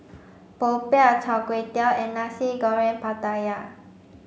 Popiah Char Kway Teow and Nasi Goreng Pattaya